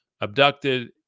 abducted